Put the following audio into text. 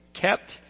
Kept